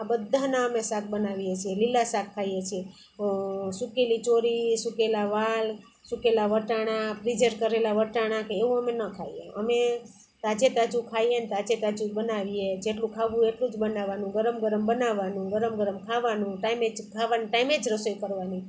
આ બધાના અમે શાક બનાવીએ છીએ લીલા શાક ખાઈએ છીએ સુકેલી ચોળી સુકેલા વાલ સુકેલા વટાણા ફ્રિજર કરેલા વટાણા કે એવું અમે ન ખાઈએ અમે તાજે તાજું ખાઈએને તાજે તાજું બનાવીએ જેટલું ખાવું એટલું જ બનાવવાનું ગરમ ગરમ બનાવવાનું ગરમ ગરમ ખાવાનું ટાઈમે જ ખાવાનું ટાઈમે જ રસોઈ કરવાની